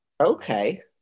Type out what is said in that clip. Okay